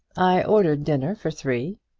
i ordered dinner for three,